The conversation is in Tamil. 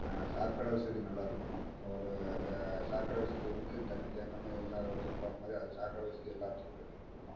சாக்கடை வசதி நல்லா இருக்கணும் ஒரு இது சாக்கடை வசதி வந்து தண்ணி தேங்காமல் எல்லாம் வற்றி போகிற மாதிரி அது சாக்கடை வசதி எல்லாத்துக்கும் கட்டி கொடுக்கணும்